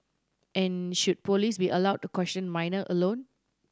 and should police be allowed to question minor alone